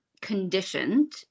conditioned